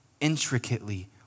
Intricately